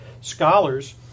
scholars